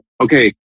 okay